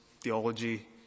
theology